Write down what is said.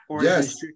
Yes